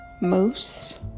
Moose